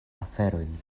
aferojn